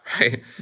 Right